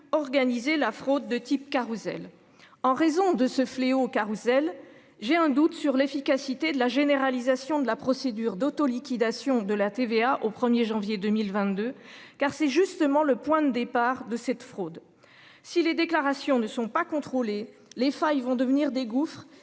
organisé la fraude de type carrousel en raison de ce fléau Carrousel. J'ai un doute sur l'efficacité de la généralisation de la procédure d'autoliquidation de la TVA au 1er janvier 2022 car c'est justement le point de départ de cette fraude. Si les déclarations ne sont pas contrôlés les failles vont devenir des gouffres